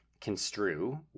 construe